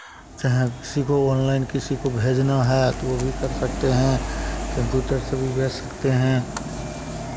चाहे किसी को ऑनलाइन किसी को भेजना है तो वो भी कर सकते हैं कंप्यूटर से भी भेज सकते हैं